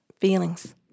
Feelings